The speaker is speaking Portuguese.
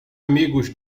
amigos